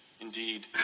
Indeed